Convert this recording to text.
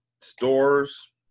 stores